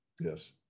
yes